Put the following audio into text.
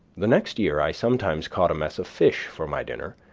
the next year i sometimes caught a mess of fish for my dinner,